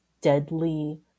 deadly